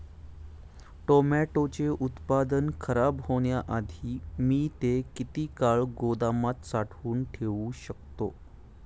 टोमॅटोचे उत्पादन खराब होण्याआधी मी ते किती काळ गोदामात साठवून ठेऊ शकतो?